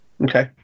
Okay